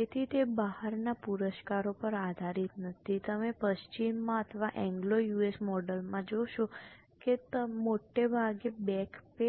તેથી તે બહારના પુરસ્કારો પર આધારિત નથી તમે પશ્ચિમમાં અથવા એંગ્લો યુએસ મોડેલમાં જોશો કે તે મોટે ભાગે બેક પે